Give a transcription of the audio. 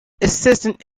assistant